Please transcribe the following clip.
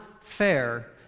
fair